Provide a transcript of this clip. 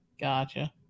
gotcha